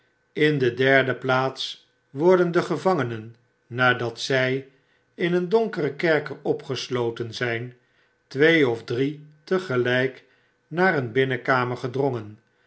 in de derde plaats worden de gevangenen nadat zg in een donkeren kerker opgesloten zp twee of drie tegelyk naar een binnenkamer gedrongen